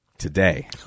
today